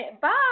Bye